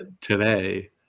today